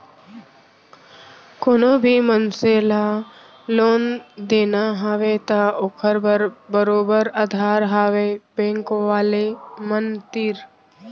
कोनो भी मनसे ल लोन देना हवय त ओखर बर बरोबर अधार हवय बेंक वाले मन तीर